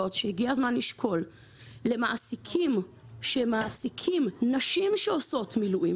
שהגיע הזמן לשקול שאלה שמעסיקים נשים שעושות מילואים